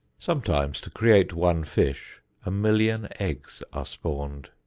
sometimes to create one fish a million eggs are spawned.